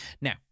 Now